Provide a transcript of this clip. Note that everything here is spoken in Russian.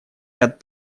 ряд